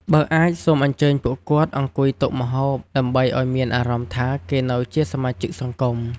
បើអាច សូមអញ្ជើញពួកគាត់អង្គុយតុម្ហូប ដើម្បីអោយមានអារម្មណ៍ថាគេនៅជាសមាជិកសង្គម។